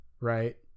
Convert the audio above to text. right